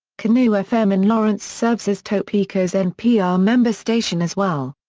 kanu-fm in lawrence serves as topeka's npr member station as well.